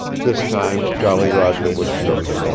this time jolly roger was sure.